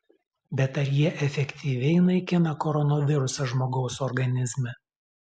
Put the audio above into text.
bet ar jie efektyviai naikina koronavirusą žmogaus organizme